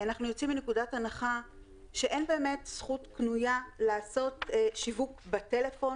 אנחנו יוצאים מנקודת הנחה שאין באמת זכות קנויה לעשות שיווק בטלפון,